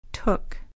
Took